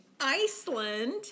iceland